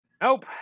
Nope